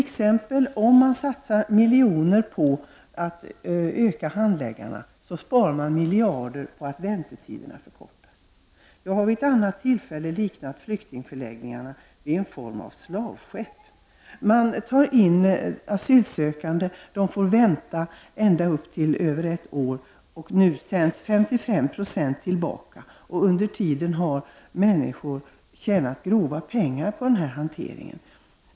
Om vi satsar några miljoner på att öka antalet handläggare, spar vi miljarder på att väntetiderna förkortas. Jag har vid ett tidigare tillfälle liknat flyktingförläggningarna vid en form av slavskepp. Asylsökande får vänta ända upp till ett år. 55 procent av dem sänds sedan tillbaka. Under tiden har människor tjänat grova pengar på den hanteringen.